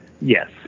Yes